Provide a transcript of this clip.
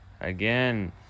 again